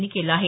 यांनी केलं आहे